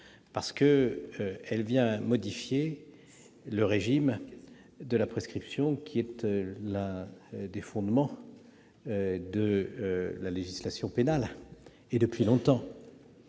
effet, elle modifie le régime de la prescription, qui est l'un des fondements de notre législation pénale, et ce depuis longtemps.